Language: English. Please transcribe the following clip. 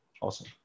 awesome